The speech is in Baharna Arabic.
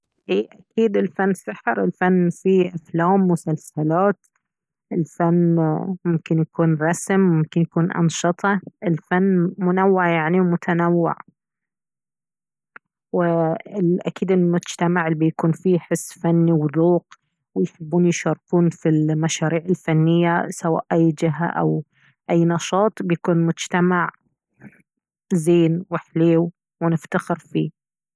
ايه اكيد الفن سحر الفن فيه افلام مسلسلات الفن ممكن يكون رسم ممكن يكون انشطة الفن منوع يعني ومتنوع و ايه اكيد المجتمع الي بيكون فيه حس فني وذوق ويحبون يشاركون في المشاريع الفنية سواء اي جهة او اي نشاط بيكون مجتمع زين وحليو ونفتخر فيه